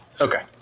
Okay